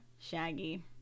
Shaggy